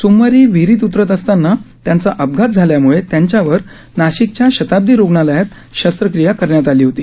सोमवारी विहिरीत उतरत असताना त्यांचा अपघात झाल्यामुळे त्यांच्यावर नाशिकच्या शताब्दी रुग्णालयात शस्त्रक्रिया करण्यात आली होती